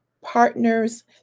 partners